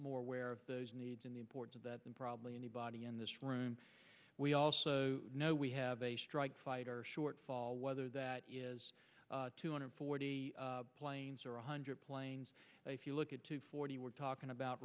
more aware of those needs in the import of that than probably anybody in this room we also know we have a strike fighter shortfall whether that is two hundred forty planes or one hundred planes if you look at two forty we're talking about